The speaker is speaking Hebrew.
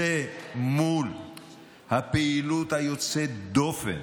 מול הפעילות היוצאת דופן